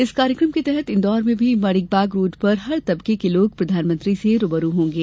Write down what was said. इस कार्यक्रम के तहत इंदौर में भी माणिक बाग रोड पर हर तबके के लोग प्रधानमंत्री से रूबरू होगें